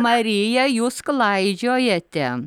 marija jūs klaidžiojate